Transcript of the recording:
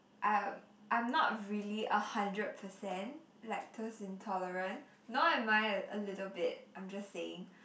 I'm I'm not really a hundred percent lactose intolerant nor am I a little bit I'm just saying